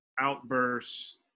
outbursts